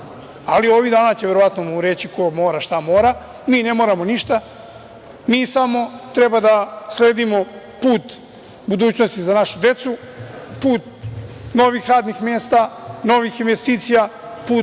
Ali, ovih dana će mu verovatno reći ko mora, šta mora. Mi ne moramo ništa, mi samo treba da sledimo put budućnosti za našu decu, put novih radnih mesta, novih investicija, put